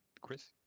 Chris